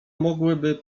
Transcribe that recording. mogłyby